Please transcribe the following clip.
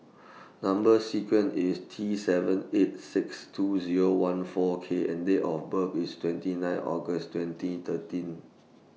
Number sequence IS T seven eight six two Zero one four K and Date of birth IS twenty nine August twenty thirteen